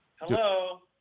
Hello